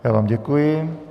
Já vám děkuji.